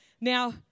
Now